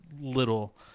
little